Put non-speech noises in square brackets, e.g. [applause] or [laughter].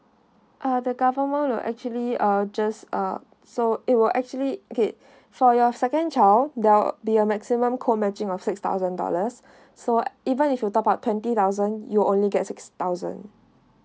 uh the government will actually uh just uh so it will actually paid [breath] for your second child there'll be a maximum co matching of six thousand dollars [breath] so even if you top up twenty thousand you only get six thousand